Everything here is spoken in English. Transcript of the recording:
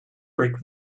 break